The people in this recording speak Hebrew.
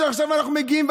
שעכשיו אנחנו מגיעים,